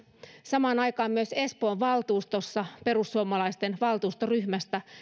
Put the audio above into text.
samaan aikaan myös espoon valtuustossa perussuomalaisten valtuustoryhmästä